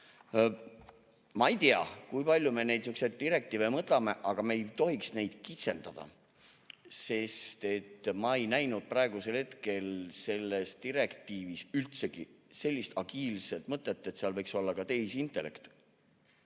Ma ei tea, kui palju me neid niisuguseid direktiive [üle] võtame, aga me ei tohiks neid kitsendada. Ma ei näinud praegusel hetkel selles direktiivis üldsegi sellist agiilset mõtet, et seal võiks olla ka tehisintellekt.